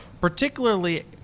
particularly